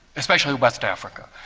especially west africa,